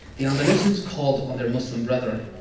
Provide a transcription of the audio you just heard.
the andalusians called on their muslim brethren.